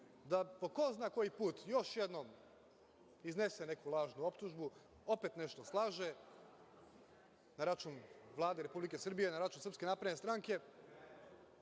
da po ko zna koji put još jednom iznese neku lažnu optužbu, opet nešto slaže na račun Vlade Republike Srbije, na račun SNS, naravno,